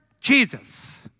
Jesus